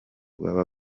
baba